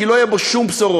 כי לא יהיו בו שום בשורות.